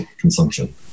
consumption